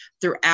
throughout